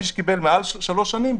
מי שקיבל מעל שלוש שנים,